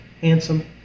handsome